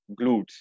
glutes